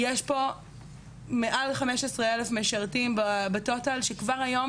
יש פה למעלה מ-15,000 משרתים בטוטאל כבר היום.